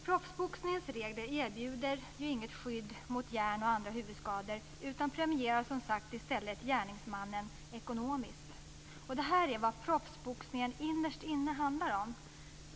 Proffsboxningens regler erbjuder inget skydd mot hjärn och andra huvudskador, utan premierar som sagt i stället gärningsmannen ekonomiskt. Det här är vad proffsboxningen innerst inne handlar om.